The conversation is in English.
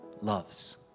loves